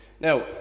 Now